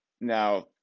now